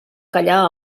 callar